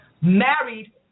married